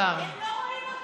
אז מההתחלה אני צריכה.